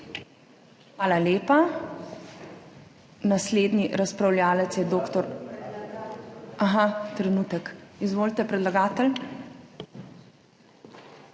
Hvala lepa. Naslednji razpravljavec je doktor… Aha, trenutek. Izvolite, predlagatelj.